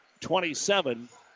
27